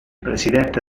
presidente